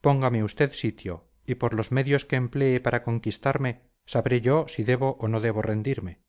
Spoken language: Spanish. póngame usted sitio y por los medios que emplee para conquistarme sabré yo si debo o no debo rendirme